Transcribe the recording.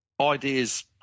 ideas